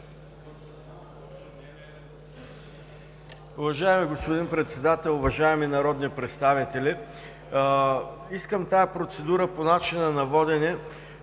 Уважаеми господин Председател, уважаеми народни представители! Искам тази процедура по начина на водене